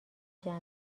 جمع